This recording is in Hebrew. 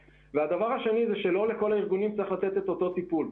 הדבר השני הוא שלא לכל הארגונים צריך לתת את אותו הטיפול.